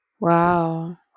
Wow